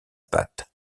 pâte